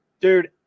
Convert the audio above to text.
Dude